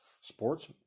sports